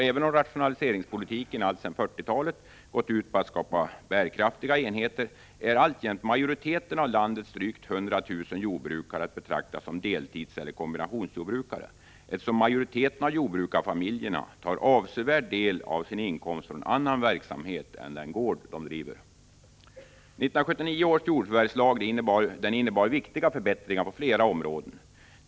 Även om rationaliseringspolitiken alltsedan 1940-talet gått ut på att skapa bärkraftiga enheter, är alltjämt majoriteten av landets drygt 100 000 jordbrukare att betrakta som deltidseller kombinationsjordbrukare, eftersom majoriteten av jordbrukarfamiljerna tar en avsevärd del av sin inkomst från annan verksamhet än den gård de driver. 1979 års jordförvärvslag innebar viktiga förbättringar på flera områden.